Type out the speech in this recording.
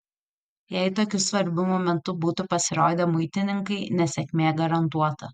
jei tokiu svarbiu momentu būtų pasirodę muitininkai nesėkmė garantuota